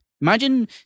Imagine